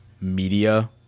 media